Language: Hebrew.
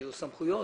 יהיו סמכויות,